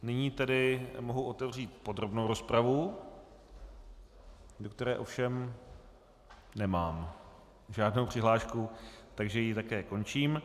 Nyní tedy mohu otevřít podrobnou rozpravu, do které ovšem nemám žádnou přihlášku, takže ji také končím.